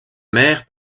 mère